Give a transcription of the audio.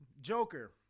Joker